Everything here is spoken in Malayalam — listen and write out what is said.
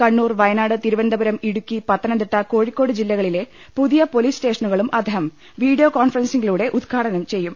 കണ്ണൂർ വയനാട് തിരുവനന്തപുരം ഇടുക്കി പത്ത നംതിട്ട കോഴിക്കോട് ജില്ലകളിലെ പുതിയ പൊലീസ് സ്റ്റേഷ നുകളും അദ്ദേഹം വീഡിയോ കോൺഫറൻസിങ്ങിലൂടെ ഉദ്ഘാടനം ചെയ്യും